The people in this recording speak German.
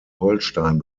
holstein